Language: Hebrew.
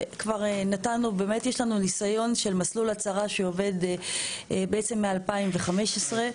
באמת יש לנו ניסיון של מסלול הצהרה שעובד בעצם מ-2016.